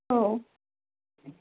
औ